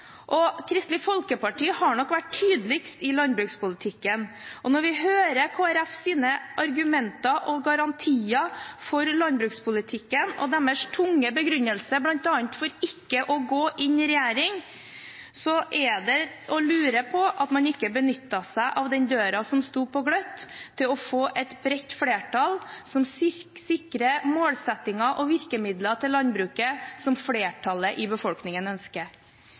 bønder. Kristelig Folkeparti har nok vært tydeligst i landbrukspolitikken. Når vi hører Kristelig Folkepartis argumenter og garantier for landbrukspolitikken, og deres tunge begrunnelse for bl.a. ikke å gå inn i regjering, lurer man på hvorfor man ikke benyttet seg av den døren som sto på gløtt, til å få et bredt flertall som sikrer målsettinger og virkemidler til landbruket som flertallet i befolkningen ønsker.